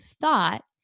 thought